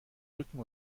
rücken